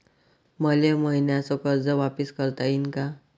मले मईन्याचं कर्ज वापिस करता येईन का?